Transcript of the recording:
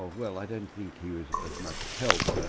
ah well, i don't think he was of much help,